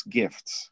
gifts